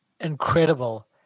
incredible